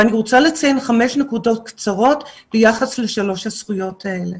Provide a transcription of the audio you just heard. ואני רוצה לציין חמש נקודות קצרות ביחס לשלוש הזכויות האלה.